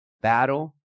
battle